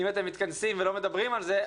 אם אתם מתכנסים ולא מדברים על זה,